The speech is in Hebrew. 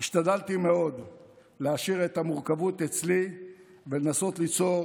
השתדלתי מאוד להשאיר את המורכבות אצלי ולנסות ליצור